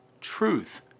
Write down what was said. truth